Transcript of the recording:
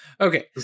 Okay